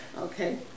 Okay